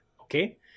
Okay